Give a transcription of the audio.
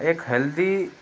एक हेल्दी